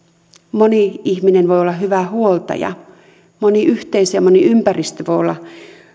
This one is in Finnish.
moni ihminen voi olla hyvä huoltaja moni yhteisö ja moni ympäristö voi olla